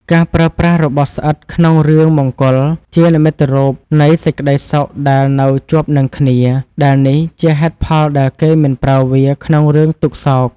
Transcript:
ការប្រើប្រាស់របស់ស្អិតក្នុងរឿងមង្គលជានិមិត្តរូបនៃសេចក្តីសុខដែលនៅជាប់នឹងគ្នាដែលនេះជាហេតុផលដែលគេមិនប្រើវាក្នុងរឿងទុក្ខសោក។